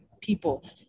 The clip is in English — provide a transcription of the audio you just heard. people